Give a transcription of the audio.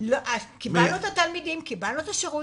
קיבלנו את התלמידים ואת השירות,